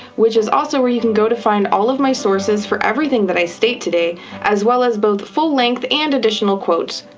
which is also where you can go to find all of my sources for everything i state today as well as both full-length and additional quotes